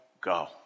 go